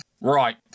Right